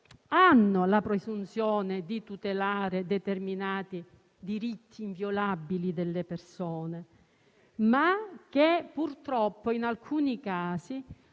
hanno la presunzione di tutelare determinati diritti inviolabili delle persone, ma che purtroppo, in alcuni casi,